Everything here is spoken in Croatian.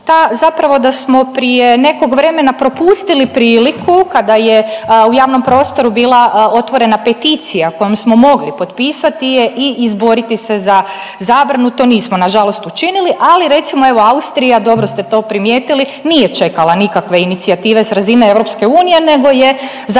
zapravo da smo prije nekog vremena propustili priliku kada je u javnom prostoru bila otvorena peticija kojom smo mogli potpisati je i izboriti se za zabranu, to nismo nažalost učinili, ali recimo, evo, Austrija, dobro ste to primijetili, nije čekala nikakve inicijative s razine EU nego je zabranila